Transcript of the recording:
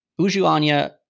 Ujuanya